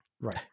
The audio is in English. right